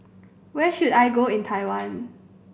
where should I go in Taiwan